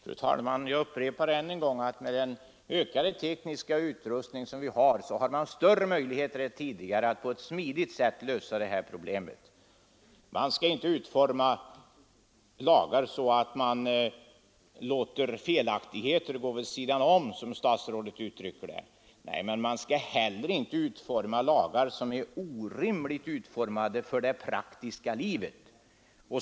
Fru talman! Jag upprepar än en gång att med den ökade tekniska utrustning som finns har man större möjligheter än tidigare att på ett smidigt sätt lösa detta problem. Man skall inte utforma lagar så att man låter felaktigheter gå vid sidan om, som statsrådet uttrycker det, men man skall heller inte ge lagar en utformning som är orimlig för det praktiska livet.